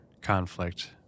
conflict